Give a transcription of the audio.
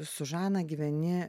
su žana gyveni